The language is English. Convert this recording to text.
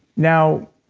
now,